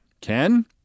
ken